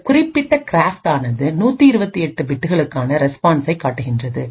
இந்த குறிப்பிட்ட கிராஃப்ட் ஆனது 128 பிட்களுக்கான ரெஸ்பான்சைக் காட்டுகிறது